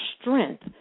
strength